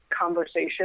conversation